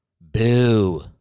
Boo